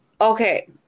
Okay